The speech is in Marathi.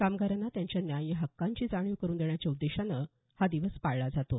कामगारांना त्यांच्या न्याय्य हक्कांची जाणीव करून देण्याच्या उद्देशानं हा दिवस पाळला जातो